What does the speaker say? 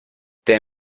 their